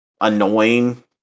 annoying